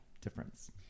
difference